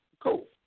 cool